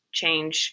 change